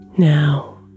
Now